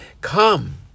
come